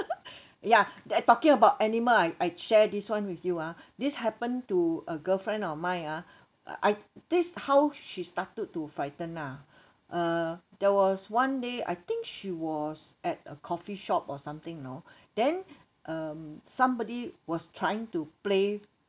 ya that talking about animal I I share this [one] with you ah this happened to a girlfriend of mine ah ah I this how she's started to frightened lah uh there was one day I think she was at a coffee shop or something you know then um somebody was trying to play